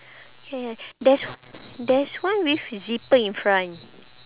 ya ya there's there's one with zipper in front